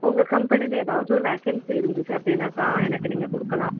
உங்கள் கம்பெனியில் எதாவது ஒரு வேக்கன்சி இருந்துச்சு அப்படின்னாக்கா எனக்கு நீங்கள் கொடுக்கலாம்